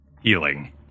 healing